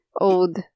old